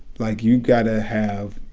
like, you got to have